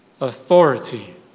authority